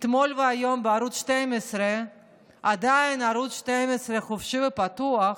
אתמול והיום בערוץ 12, עדיין ערוץ 12 חופשי ופתוח,